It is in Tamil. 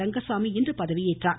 ரங்கசாமி இன்று பதவி ஏற்றார்